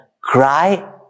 cry